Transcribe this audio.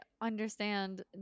understand